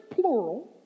plural